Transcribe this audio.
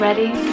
Ready